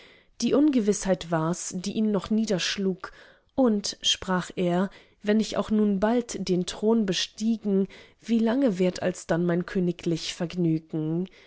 die ungewißheit wars die ihn noch niederschlug und sprach er wenn ich auch nun bald den thron bestiegen wie lange währt alsdann mein königlich vergnügen